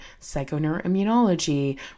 psychoneuroimmunology